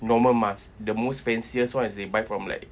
normal mask the most fanciest one is they buy from like